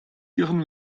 ihren